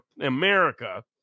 America